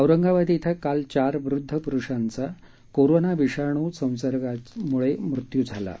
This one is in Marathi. औरंगाबाद इथं काल चार वृद्ध पुरुषांचा कोरोना विषाणू संसर्गामुळे मृत्यू झाला आहे